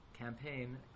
campaign